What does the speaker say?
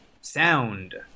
sound